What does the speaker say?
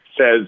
says